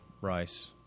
rice